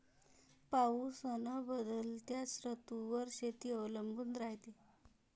पाऊस अन बदलत्या ऋतूवर शेती अवलंबून रायते